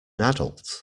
adult